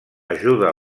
ajuda